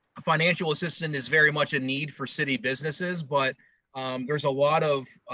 financial assistance is very much a need for city businesses, but there is a lot of